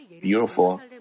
beautiful